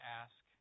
ask